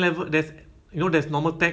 the normal tech